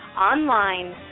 online